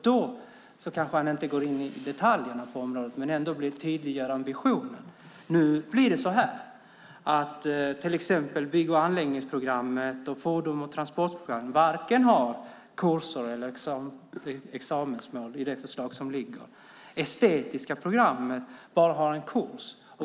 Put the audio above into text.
Då kanske han inte skulle gå in i detaljerna på området men ändå tydliggöra ambitionen. Nu blir det så att till exempel bygg och anläggningsprogrammet och fordons och transportprogrammet varken har kurser eller examensmål i det förslag som föreligger. Estetiska programmet har bara en kurs.